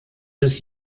des